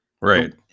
Right